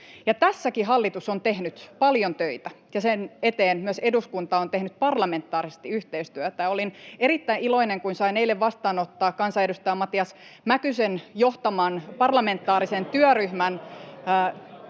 Tässäkin hallitus on tehnyt paljon töitä, ja sen eteen eduskunta on tehnyt myös parlamentaarisesti yhteistyötä. Olin erittäin iloinen, kun sain eilen vastaanottaa kansanedustaja Matias Mäkysen johtaman parlamentaarisen työryhmän